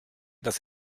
das